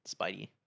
Spidey